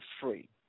free